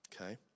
okay